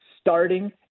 starting